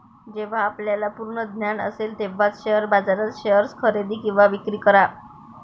जेव्हा आपल्याला पूर्ण ज्ञान असेल तेव्हाच शेअर बाजारात शेअर्स खरेदी किंवा विक्री करा